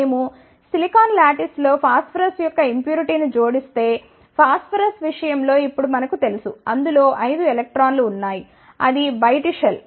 మేము సిలికాన్ లాటిస్లో ఫాస్స్ఫరస్ యొక్క ఇంప్యూరిటీను జోడిస్తే ఫాస్స్ఫరస్ విషయం లో ఇప్పుడు మనకు తెలుసు అందులో 5 ఎలక్ట్రాన్లు ఉన్నాయి అది బయటి షెల్